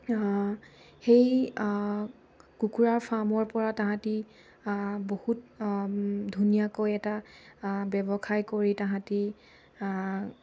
সেই কুকুৰাৰ ফাৰ্মৰ পৰা তাহাঁতে বহুত ধুনীয়াকৈ এটা ব্যৱসায় কৰি তাহাঁতে